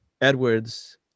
Edwards